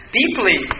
deeply